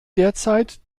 derzeit